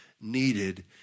needed